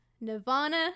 Nirvana